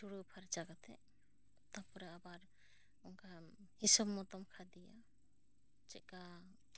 ᱛᱷᱩᱲᱩ ᱯᱷᱟᱨᱪᱟ ᱠᱟᱛᱮ ᱛᱟᱨᱯᱚᱨᱮ ᱟᱵᱟᱨ ᱚᱱᱠᱟ ᱫᱤᱥᱚᱢ ᱢᱚᱛᱚᱢ ᱠᱷᱟᱹᱛᱤᱭᱟ ᱪᱮᱠᱟ